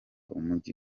umujyi